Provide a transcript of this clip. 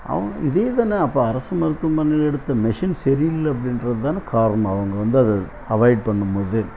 அவங்க இதேதானே அப்போ அரசு மருத்துவமனைகளில் எடுத்த மெஷின் சரியில்லை அப்படின்றதுதான காரணம் அவங்க வந்து அதை அவாய்ட் பண்ணும்போது